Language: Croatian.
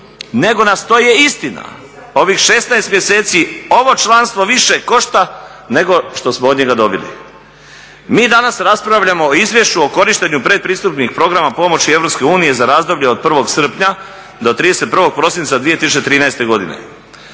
nego nas to je istina ovih 16 mjeseci ovo članstvo više košta nego što smo od njega dobili. Mi danas raspravljamo o Izvješću o korištenju pretpristupnih programa pomoći EU za razdoblje od 1. srpnja do 31. prosinca 2013. godine.